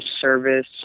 service